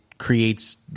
creates